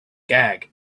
gag